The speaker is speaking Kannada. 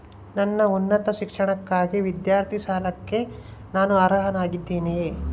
ನನ್ನ ಉನ್ನತ ಶಿಕ್ಷಣಕ್ಕಾಗಿ ವಿದ್ಯಾರ್ಥಿ ಸಾಲಕ್ಕೆ ನಾನು ಅರ್ಹನಾಗಿದ್ದೇನೆಯೇ?